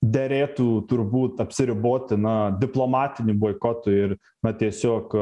derėtų turbūt apsiriboti na diplomatiniu boikotu ir na tiesiog